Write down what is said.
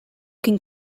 can